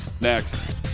next